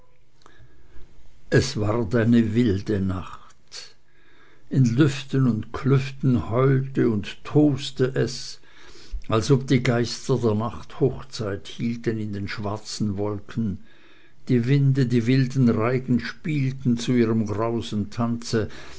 es war eine wilde nacht in lüften und klüften heulte und toste es als ob die geister der nacht hochzeit hielten in den schwarzen wolken die winde die wilden reigen spielten zu ihrem grausen tanze